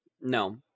No